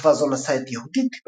בתקופה זו נשא את יהודית,